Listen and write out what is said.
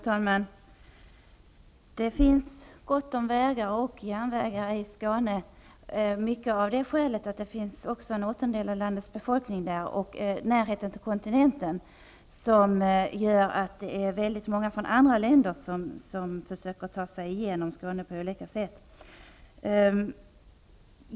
Herr talman! Det finns gott om vägar och järnvägar i Skåne, till stor del av det skälet att en åttondel av landets befolkning finns där och att det är nära till kontinenten. Därför försöker många människor från andra länder att ta sig igenom Skåne på olika sätt.